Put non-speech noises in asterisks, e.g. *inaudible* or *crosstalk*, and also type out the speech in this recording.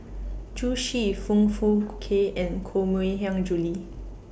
Zhu Xu Foong Fook Kay and Koh *unintelligible* Hiang Julie